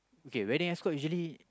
okay wedding escort usually